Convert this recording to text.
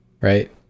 Right